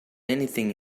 anything